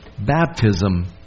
Baptism